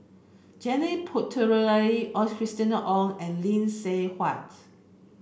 Janil Puthucheary Christina Ong and Lee Seng Huat